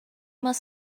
must